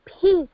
peace